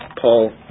Paul